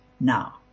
now